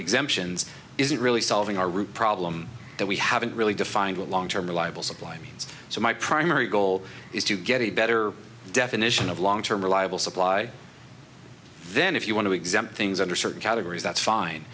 exemptions isn't really solving our root problem that we haven't really defined a long term reliable supply means so my primary goal is to get a better definition of long term reliable supply then if you want to exempt things under certain categories that's fine